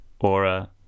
Aura